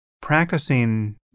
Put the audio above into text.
practicing